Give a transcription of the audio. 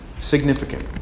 significant